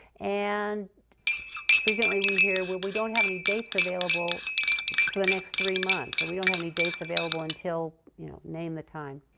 and frequently we hear, well, we don't have any dates available for the next three months, or we don't have any dates available until you know name the time.